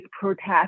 protest